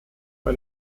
bei